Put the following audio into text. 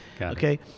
Okay